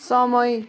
समय